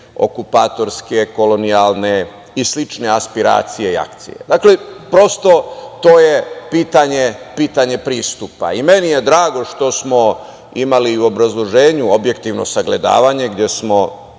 okupatorske kolonijalne i slične aspiracije i akcije. Prosto, to je pitanje pristupa. Meni je drago što smo imali u obrazloženju objektivno sagledavanje gde smo